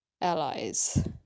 allies